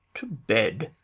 to bed!